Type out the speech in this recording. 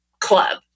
club